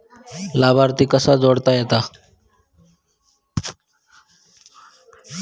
लाभार्थी कसा जोडता येता?